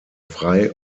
frei